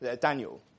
Daniel